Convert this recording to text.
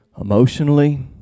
emotionally